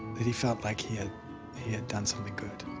that he felt like he had he had done something good.